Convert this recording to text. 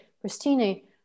Christine